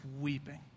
weeping